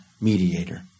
mediator